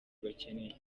bakeneye